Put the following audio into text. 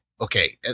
Okay